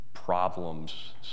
problems